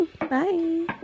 Bye